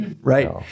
right